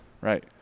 Right